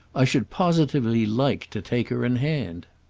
i should positively like to take her in hand!